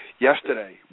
Yesterday